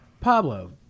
Pablo